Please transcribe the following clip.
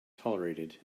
tolerated